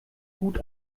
gut